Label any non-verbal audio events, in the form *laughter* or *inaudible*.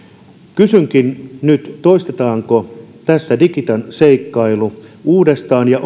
kysynkin nyt toistetaanko tässä digitan seikkailu uudestaan ja *unintelligible*